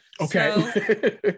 Okay